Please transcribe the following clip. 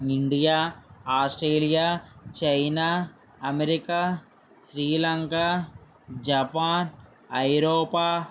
India Australia China America Sri Lanka Japan ఐరోపా